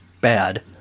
bad